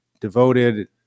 devoted